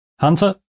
Hunter